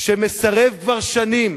שמסרב כבר שנים